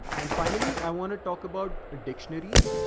and finally, i want to talk about dictionaries.